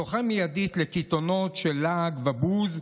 הוא זוכה מיידית לקיתונות של לעג ובוז,